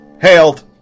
hailed